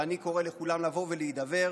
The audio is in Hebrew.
ואני קורא לכולם לבוא ולהידבר.